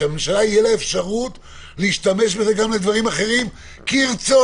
שלממשלה תהיה אפשרות להשתמש בזה גם לדברים אחרים כרצונה,